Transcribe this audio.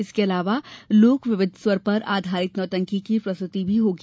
इसके अलावा लोक विविघ स्वर पर आधारित नौटंकी की प्रस्तुति होगी